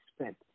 spent